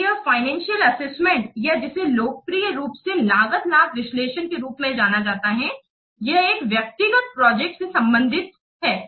तो यह financial assessment या जिसे लोकप्रिय रूप से लागत लाभ विश्लेषण के रूप में जाना जाता है यह एक व्यक्तिगत प्रोजेक्ट से संबंधित है